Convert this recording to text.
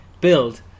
build